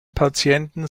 patienten